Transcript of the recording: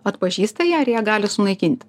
atpažįsta ją ir ją gali sunaikinti